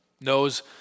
knows